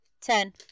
Ten